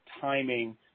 timing